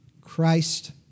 Christ